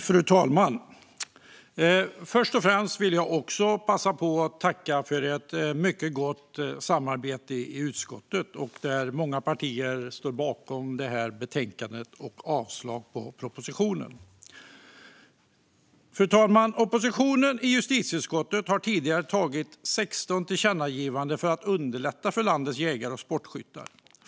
Fru talman! Först och främst vill jag passa på att tacka för ett mycket gott samarbete i utskottet. Många partier står bakom betänkandet och förslaget till avslag på propositionen. Fru talman! Oppositionen i justitieutskottet har tidigare avgivit 16 tillkännagivanden för att underlätta för landets jägare och sportskyttar.